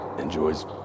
enjoys